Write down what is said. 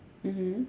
mmhmm